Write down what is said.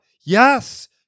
Yes